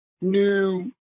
new